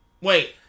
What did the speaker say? Wait